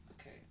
Okay